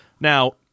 Now